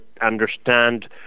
understand